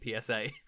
PSA